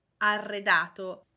arredato